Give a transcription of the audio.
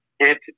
entity